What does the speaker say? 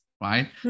right